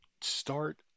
start